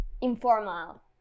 informal